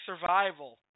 survival